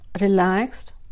relaxed